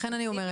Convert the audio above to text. לכן אני אומרת,